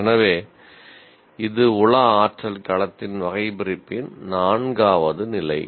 எனவே இது உள ஆற்றல் களத்தின் வகைபிரிப்பின் நான்காவது நிலை